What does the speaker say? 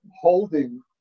holding